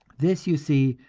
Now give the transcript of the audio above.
this, you see,